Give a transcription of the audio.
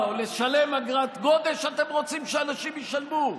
או לשלם אגרת גודש אתם רוצים שאנשים ישלמו?